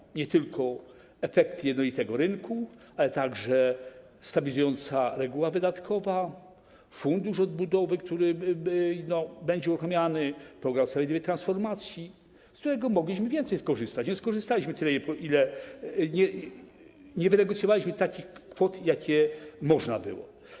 Chodzi nie tylko o efekt jednolitego rynku, ale także o stabilizującą regułę wydatkową, Fundusz Odbudowy, który będzie uruchamiany, program sprawiedliwej transformacji, z którego mogliśmy więcej skorzystać, ale nie skorzystaliśmy, nie wynegocjowaliśmy takich kwot, jakie można było.